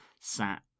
sat